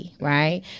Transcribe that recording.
right